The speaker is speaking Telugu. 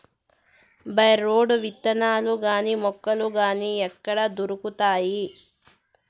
బై రోడ్లు విత్తనాలు గాని మొలకలు గాని ఎక్కడ దొరుకుతాయి?